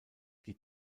die